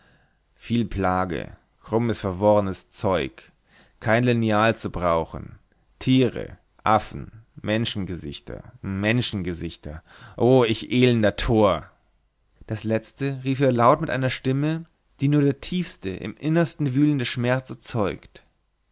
viel plage krummes verworrenes zeug kein lineal zu brauchen tiere affen menschengesichter menschengesichter o ich elender tor das letzte rief er laut mit einer stimme die nur der tiefste im innersten wühlende schmerz erzeugt